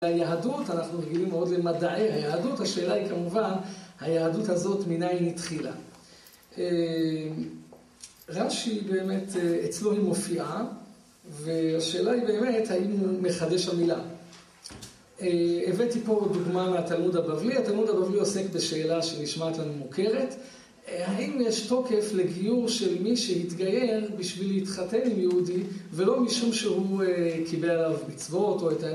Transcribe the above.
היהדות, אנחנו רגילים מאוד למדעי היהדות. השאלה היא כמובן, היהדות הזאת מניין התחילה. רש"י, באמת אצלו היא מופיעה, והשאלה היא באמת, האם הוא מחדש המילה. הבאתי פה דוגמה מהתלמוד הבבלי. התלמוד הבבלי עוסק בשאלה שנשמעת לנו מוכרת: האם יש תוקף לגיור של מי שהתגייר בשביל להתחתן עם יהודי, ולא משום שהוא קיבל עליו מצוות או את ה...